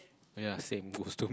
ya same